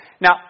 Now